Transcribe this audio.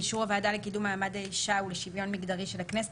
באישור הוועדה לקידום מעמד האישה ולשוויון מגדרי של הכנסת,